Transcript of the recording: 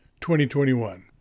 2021